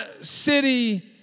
city